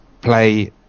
play